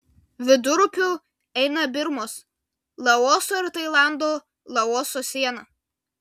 vidurupiu eina birmos laoso ir tailando laoso siena